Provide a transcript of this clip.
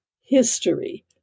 history